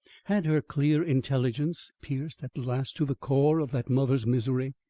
had her clear intelligence pierced at last to the core of that mother's misery?